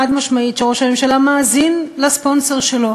חד-משמעית, שראש הממשלה מאזין לספונסר שלו.